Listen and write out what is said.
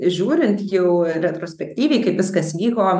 žiūrint jau retrospektyviai kaip viskas vyko